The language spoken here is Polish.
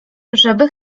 żeby